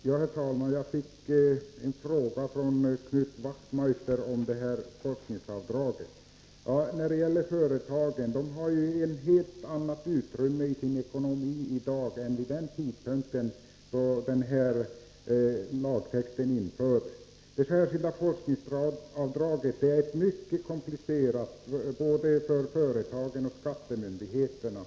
Herr talman! Jag fick en fråga av Knut Wachtmeister om forskningsavdraget. Ja, när det gäller företagen vill jag säga att dessa i dag har ett helt annat utrymme i sin ekonomi än vid den tidpunkt då den aktuella lagtexten infördes. Det särskilda forskningsavdraget är mycket komplicerat både för företagen och för skattemyndigheterna.